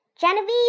Genevieve